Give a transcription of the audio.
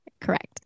Correct